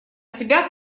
себя